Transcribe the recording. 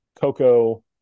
Coco